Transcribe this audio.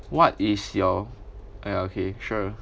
what is your oh ya okay sure